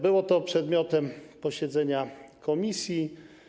Było to przedmiotem posiedzenia komisji.